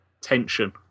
tension